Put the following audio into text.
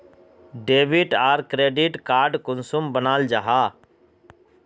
Debit आर credit card कुंसम बनाल जाहा?